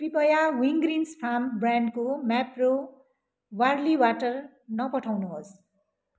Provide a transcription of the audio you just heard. कृपया Wingreens farm ब्रान्डको Mapro barley water नपठाउनुहोस्